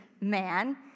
man